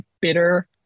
bitter